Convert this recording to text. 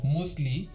Mostly